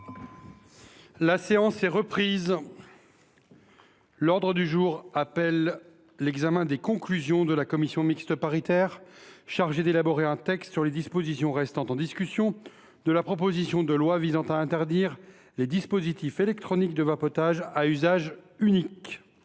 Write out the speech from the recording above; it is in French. La séance est reprise. L’ordre du jour appelle la discussion des conclusions de la commission mixte paritaire chargée d’élaborer un texte sur les dispositions restant en discussion de la proposition de loi visant à interdire les dispositifs électroniques de vapotage à usage unique